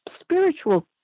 spiritual